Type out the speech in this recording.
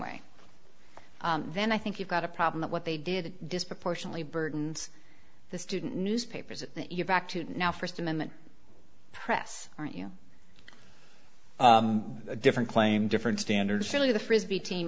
way then i think you've got a problem at what they did disproportionately burdens the student newspapers that you're back to now first amendment press aren't you different claim different standards surely the frisbee team